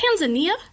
Tanzania